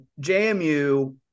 JMU